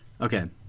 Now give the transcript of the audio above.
Okay